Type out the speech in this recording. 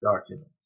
document